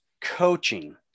Coaching